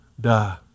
die